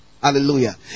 Hallelujah